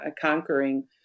conquering